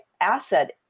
asset